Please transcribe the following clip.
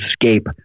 escape